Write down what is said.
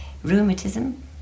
Rheumatism